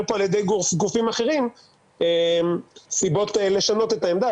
פה על ידי גופים אחרים סיבות לשנות את העמדה,